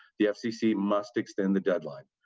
the fcc must extend the deadline.